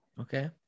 Okay